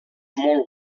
molt